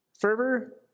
Fervor